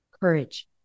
courage